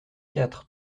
quatre